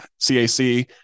CAC